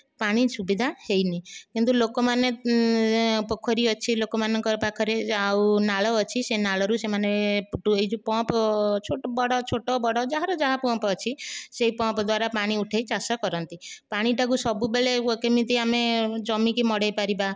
ପାଣି ସୁବିଧା ହୋଇନାହିଁ କିନ୍ତୁ ଲୋକ ମାନେ ପୋଖରୀ ଅଛି ଲୋକମାନଙ୍କ ପାଖରେ ନାଳ ଅଛି ସେ ନାଳରୁ ସେମାନେ ଏଇ ଯୋ ପମ୍ପ ଛୋଟ ବଡ଼ ଛୋଟ ବଡ଼ ଯାହାର ଯାହା ପମ୍ପ ଅଛି ସେ ପମ୍ପ ଦ୍ୱାରା ପାଣି ଉଠାଇ ଚାଷ କରନ୍ତି ପାଣିକୁ ସବୁବେଳେ କେମିତି ଆମେ ଜମିକୁ ମଡ଼ାଇ ପାରିବା